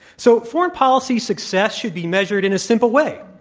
so, foreign policy success should be measured in a simple way.